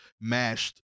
mashed